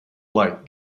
like